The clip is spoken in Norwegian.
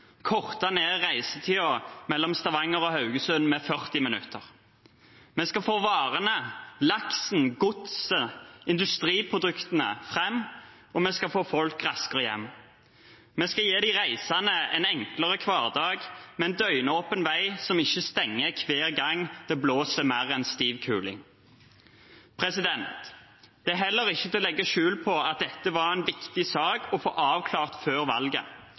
mellom Stavanger og Haugesund med 40 minutter. Vi skal få varene, laksen, godset og industriproduktene fram, og vi skal få folk raskere hjem. Vi skal gi de reisende en enklere hverdag med en døgnåpen vei som ikke stenger hver gang det blåser mer enn stiv kuling. Det er heller ikke til å legge skjul på at dette var en viktig sak å få avklart før valget.